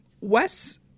Wes